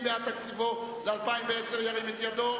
מי בעד תקציבו ל-2010, ירים את ידו.